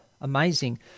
amazing